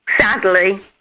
sadly